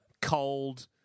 cold